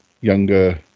younger